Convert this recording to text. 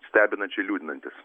stebinančiai liūdinantis